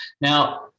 Now